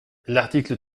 l’article